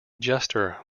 jester